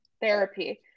therapy